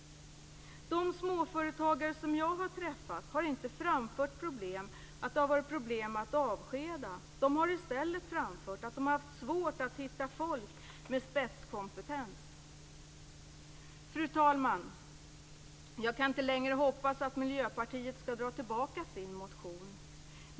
De småföretagare som jag har träffat har inte sagt att det har varit problem med att avskeda. De har i stället framfört att de har haft det svårt med att hitta folk med spetskompetens. Fru talman! Jag kan inte längre hoppas att Miljöpartiet skall dra tillbaka sin motion.